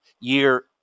year